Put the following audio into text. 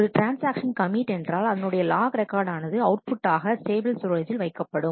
ஒரு transaction commit என்றால் அதனுடைய லாக் ரெக்கார்ட் ஆனது அவுட் புட்டாக ஸ்டேபிள் ஸ்டோரேஜ்ஜில் வைக்கப்படும்